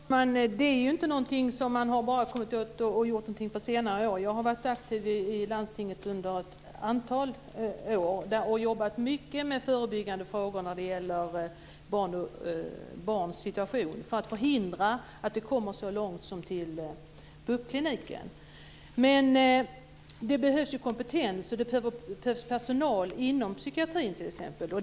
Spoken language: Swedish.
Fru talman! Det är inte någonting som man bara gjort under senare år. Jag har varit aktiv i landstinget under ett antal år och jobbat mycket med förebyggande frågor när det gäller barns situation för att förhindra att det kommer så långt som till BUP-kliniken. Det behövs ju kompetens, och det behövs personal inom psykiatrin.